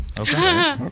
Okay